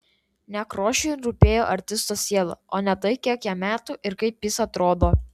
nekrošiui rūpėjo artisto siela o ne tai kiek jam metų ir kaip jis atrodo